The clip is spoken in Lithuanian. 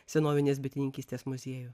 senovinės bitininkystės muziejų